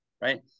right